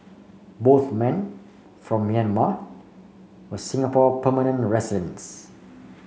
both men from Myanmar were Singapore permanent residents